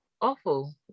Awful